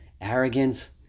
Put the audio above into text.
arrogance